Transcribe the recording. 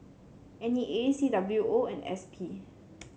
N E A C W O and S P